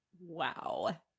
Wow